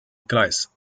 gleis